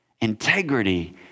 Integrity